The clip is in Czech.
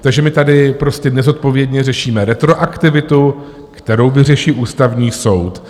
Takže my tady prostě nezodpovědně řešíme retroaktivitu, kterou vyřeší Ústavní soud.